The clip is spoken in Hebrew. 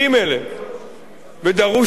ודרוש סקר מיוחד,